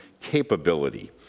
capability